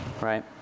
right